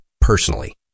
personally